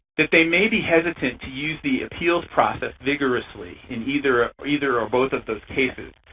that they may be hesitant to use the appeals process vigorously in either ah or either or both of those cases.